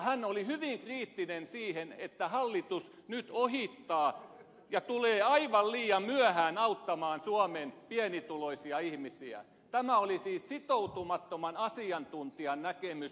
hän oli hyvin kriittinen siinä että hallitus nyt ohittaa suomen pienituloiset ihmiset ja tulee aivan liian myöhään auttamaan heitä tämä oli siis sitoutumattoman asiantuntijan näkemys